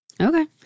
Okay